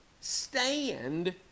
stand